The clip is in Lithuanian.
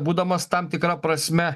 būdamas tam tikra prasme